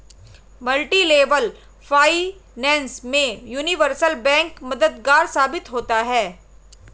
multilevel finance में universal bank मददगार साबित होता है